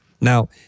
Now